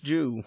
Jew